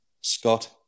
Scott